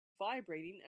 vibrating